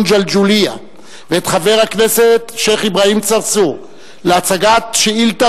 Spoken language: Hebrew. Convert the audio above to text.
ג'לג'וליה ואת חבר הכנסת שיח' אברהים צרצור להצגת שאילתא